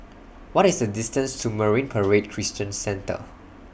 What IS The distance to Marine Parade Christian Centre